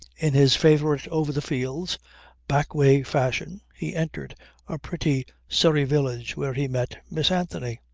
in his favourite over-the-fields, back-way fashion he entered a pretty surrey village where he met miss anthony.